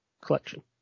Collection